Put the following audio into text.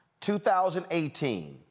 2018